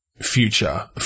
future